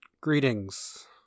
Greetings